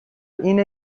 اینه